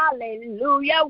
Hallelujah